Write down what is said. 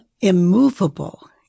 immovable